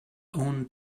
own